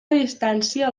distància